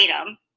item